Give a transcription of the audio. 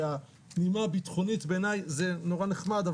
החמ"ל והנימה הביטחונית בעיניי זה נורא נחמד,